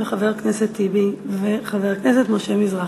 חבר הכנסת טיבי וחבר הכנסת משה מזרחי.